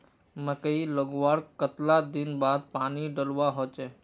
मकई लगवार कतला दिन बाद पानी डालुवा होचे?